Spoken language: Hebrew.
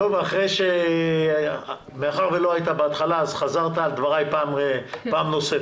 מאחר ולא היית בהתחלה חזרת על דבריי פעם נוספת.